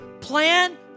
plan